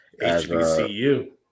HBCU